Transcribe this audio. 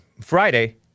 Friday